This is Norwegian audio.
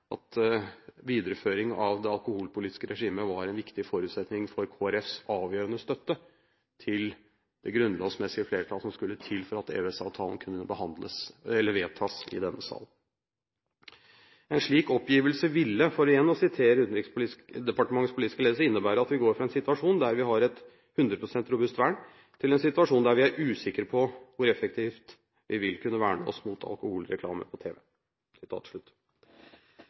at videreføring av det alkoholpolitiske regimet var en viktig forutsetning for Kristelig Folkepartis avgjørende støtte til det grunnlovsmessige flertallet som skulle til for at EØS-avtalen kunne vedtas i denne sal. En slik oppgivelse ville – for igjen å sitere Utenriksdepartementets politiske ledelse – innebære at: «Vi går fra en situasjon der vi har et 100 prosent robust vern, til en situasjon der vi er usikre på hvor effektivt vi vil kunne verne oss mot alkoholreklame på TV.»